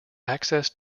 access